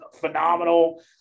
phenomenal